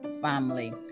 family